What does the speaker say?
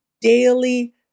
daily